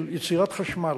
של יצירת חשמל,